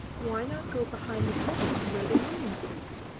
why not go behind the curtain where the women sleep?